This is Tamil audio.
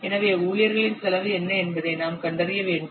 எனவே ஊழியர்களின் செலவு என்ன என்பதை நாம் கண்டறிய வேண்டும்